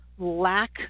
lack